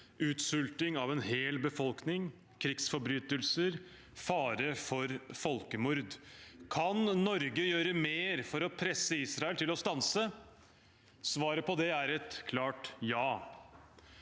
utsulting av en hel befolkning, krigsforbrytelser og fare for folkemord – kan Norge gjøre mer for å presse Israel til å stanse? Svaret på det er et klart ja.